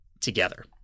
together